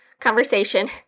conversation